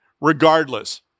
regardless